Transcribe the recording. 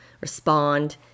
respond